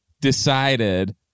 decided